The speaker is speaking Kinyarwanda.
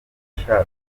nashakaga